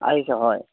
আহিছে হয়